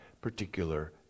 particular